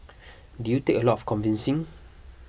did you take a lot of convincing